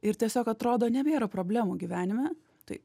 ir tiesiog atrodo nebėra problemų gyvenime tai